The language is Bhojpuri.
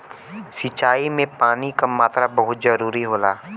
सिंचाई में पानी क मात्रा बहुत जरूरी होला